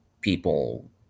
people